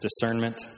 discernment